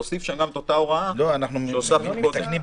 להוסיף שם גם את אותה הוראה שהוספנו קודם.